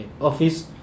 office